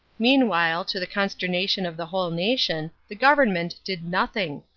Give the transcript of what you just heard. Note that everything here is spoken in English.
meanwhile, to the consternation of the whole nation, the government did nothing.